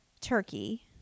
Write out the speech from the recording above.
turkey